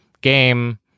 game